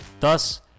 Thus